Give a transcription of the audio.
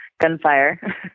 gunfire